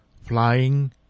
flying